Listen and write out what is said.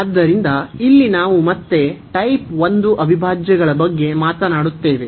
ಆದ್ದರಿಂದ ಇಲ್ಲಿ ನಾವು ಮತ್ತೆ ಟೈಪ್ 1 ಅವಿಭಾಜ್ಯಗಳ ಬಗ್ಗೆ ಮಾತನಾಡುತ್ತೇವೆ